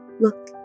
Look